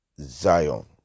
Zion